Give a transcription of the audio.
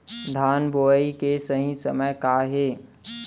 धान बोआई के सही समय का हे?